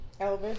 Elvis